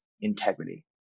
integrity